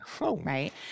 right